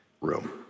room